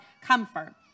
comfort